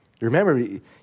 Remember